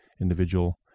individual